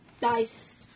Dice